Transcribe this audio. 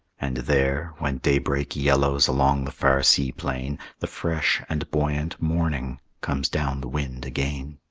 and there when daybreak yellows along the far sea-plain, the fresh and buoyant morning comes down the wind again.